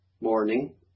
morning